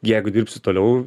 jeigu dirbsiu toliau